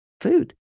food